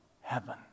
heaven